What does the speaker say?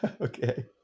okay